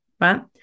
right